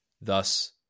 Thus